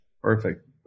Perfect